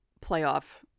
playoff